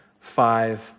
five